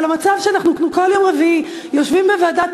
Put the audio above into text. אבל המצב שאנחנו כל יום רביעי יושבים בוועדת